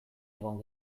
egon